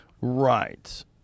Right